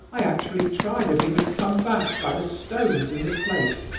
i actually tried if he would come back by the stones in the plate!